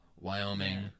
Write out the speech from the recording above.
Wyoming